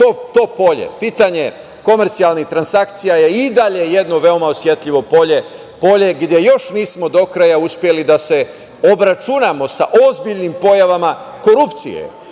to polje, pitanje komercijalnih transakcija je i dalje jedno veoma osetljivo polje, polje gde još nismo do kraja uspeli da se obračunamo sa ozbiljnim pojavama korupcije,